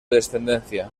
descendencia